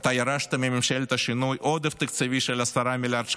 אתה ירשת מממשלת השינוי עודף תקציבי של 10 מיליארד שקלים,